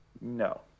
No